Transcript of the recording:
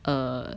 err